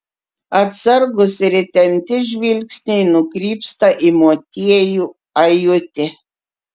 atsargūs ir įtempti žvilgsniai nukrypsta į motiejų ajutį